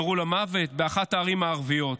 נורו למוות באחת הערים הערביות.